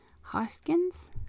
Hoskins